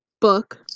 book